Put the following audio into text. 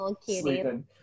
sleeping